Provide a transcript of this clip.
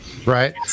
Right